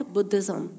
Buddhism